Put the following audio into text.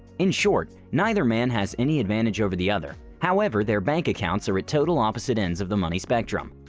in short, neither man has any advantage over the other however their bank accounts are at total opposite ends of the money spectrum.